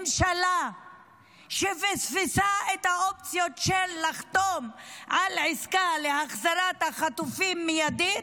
ממשלה שפספסה את האופציות לחתימה על עסקה להחזרת החטופים מיידית,